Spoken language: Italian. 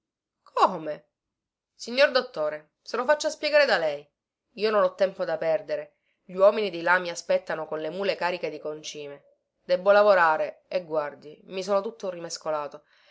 come signor dottore se lo faccia spiegare da lei io non ho tempo da perdere gli uomini di là mi aspettano con le mule cariche di concime debbo lavorare e guardi mi sono tutto rimescolato